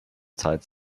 zeit